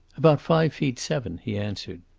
about five feet seven, he answered.